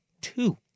Two